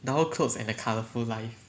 dull clothes and a colourful life